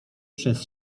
przez